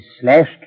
slashed